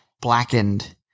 blackened